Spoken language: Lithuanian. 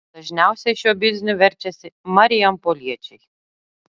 dažniausiai šiuo bizniu verčiasi marijampoliečiai